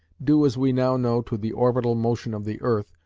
due as we now know to the orbital motion of the earth,